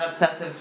obsessive